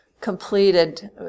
completed